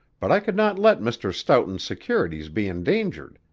but i could not let mr. stoughton's securities be endangered,